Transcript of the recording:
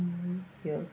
New York